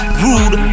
rude